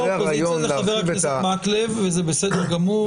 מחולל האופוזיציה זה חבר הכנסת מקלב וזה בסדר גמור.